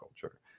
culture